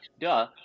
Duh